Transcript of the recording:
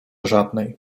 żadnej